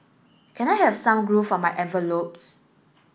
can I have some glue for my envelopes